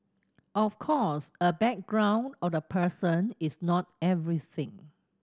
of course a background of a person is not everything